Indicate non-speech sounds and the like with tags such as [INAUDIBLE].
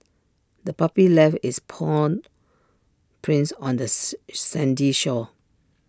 the puppy left its paw prints on the [UNINTELLIGIBLE] sandy shore